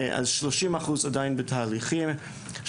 30% עדיין בתהליכים,